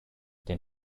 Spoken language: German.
den